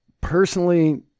personally